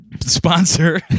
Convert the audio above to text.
sponsor